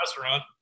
restaurant